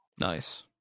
Nice